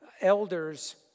elders